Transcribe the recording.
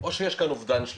או שיש כאן אובדן שליטה.